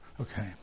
Okay